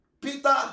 Peter